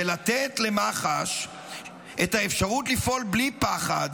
היא לתת למח"ש את האפשרות לפעול בלי פחד,